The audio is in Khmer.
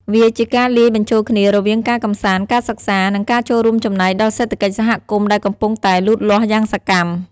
វាជាការលាយបញ្ចូលគ្នារវាងការកម្សាន្ត ការសិក្សា និងការចូលរួមចំណែកដល់សេដ្ឋកិច្ចសហគមន៍ដែលកំពុងតែលូតលាស់យ៉ាងសកម្ម។